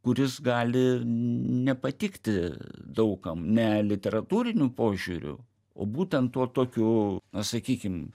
kuris gali nepatikti daug kam ne literatūriniu požiūriu o būtent tuo tokiu na sakykim